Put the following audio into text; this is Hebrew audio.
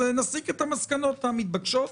נסיק את המסקנות המתבקשות.